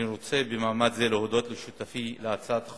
אני רוצה במעמד זה להודות לשותפי להצעת החוק,